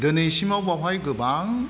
दिनैसिमाव बावहाय गोबां